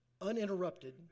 uninterrupted